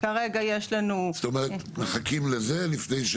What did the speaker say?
כרגע יש לנו -- זאת אומרת מחכים לזה לפני?